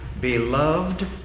beloved